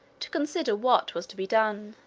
to consider what was to be done.